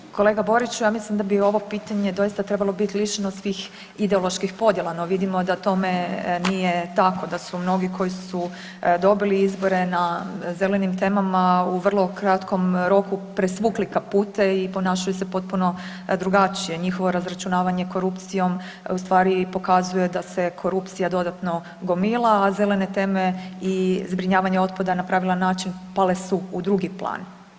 Pa kolega Boriću, ja mislim da bi ovo pitanje doista trebalo biti lišeno svih ideoloških podjela, no vidimo da tome nije tako, da su mnogi koji su dobili izbore na zelenim temama u vrlo kratkom roku presvukli kapute i ponašaju se potpuno drugačije, njihovo razračunavanje korupcijom ustvari pokazuje da se korupcija dodatno gomila, a zelene teme i zbrinjavanje otpada na pravilan način pale su u drugi plan.